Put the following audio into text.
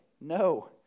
No